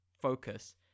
focus